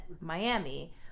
miami